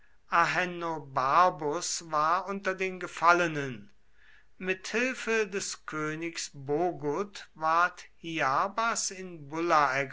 ahenobarbus war unter den gefallenen mit hilfe des königs bogud ward hiarbas in